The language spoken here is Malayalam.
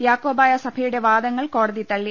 യാക്കോ ബായ സഭയുടെ വാദങ്ങൾ കോടതി തള്ളി